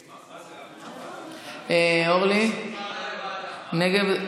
אורלי, נגד,